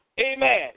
Amen